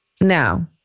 Now